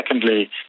secondly